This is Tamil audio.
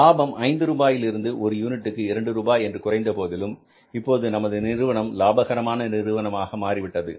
லாபம் என்பது ஐந்து ரூபாயில் இருந்து ஒரு யூனிட்டிற்கு 2 ரூபாய் என்று குறைந்த போதிலும் இப்போது நமது நிறுவனம் லாபகரமான நிறுவனமாக மாறி இருக்கிறது